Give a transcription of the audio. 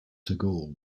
tagore